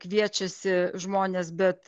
kviečiasi žmones bet